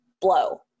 blow